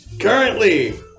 Currently